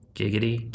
giggity